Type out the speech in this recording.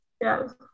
Yes